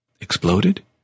exploded